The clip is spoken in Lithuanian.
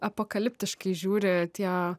apokaliptiškai kai žiūri tie